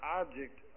object